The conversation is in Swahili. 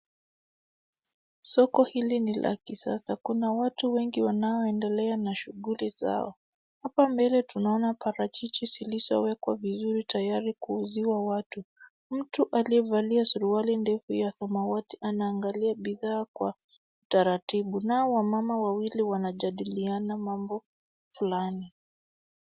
Soko hili ni la kisasa. Kuna watu wengi wanaondelea na shughuli zao. Hapa mbele tunaona parachichi zilizowekwa vizuri tayari kuuziwa watu. Mtu aliyevalia suruali ndefu ya samawati anaangalia bidhaa kwa utaratibu. Nao wamama wawili wanajadiliana mambo flani.